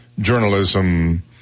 journalism